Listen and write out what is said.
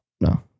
No